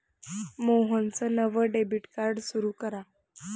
मोहनचं नवं debit card सुरू करा